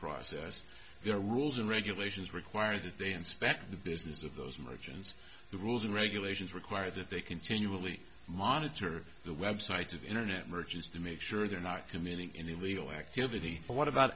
process their rules and regulations require that they inspect the business of those margins the rules and regulations require that they continually monitor the websites of internet merchants to make sure they're not community in the illegal activity but what about